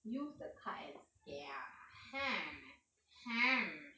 use the card and scan ah !huh! !huh!